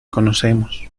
conocemos